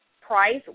price